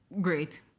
great